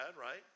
right